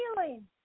feeling